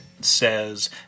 says